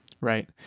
right